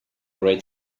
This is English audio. red